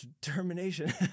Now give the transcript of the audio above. determination